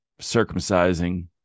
circumcising